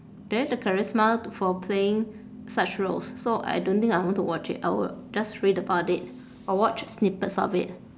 they have the charisma to for playing such roles so I don't think I want to watch it I will just read about it or watch snippets of it